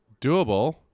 doable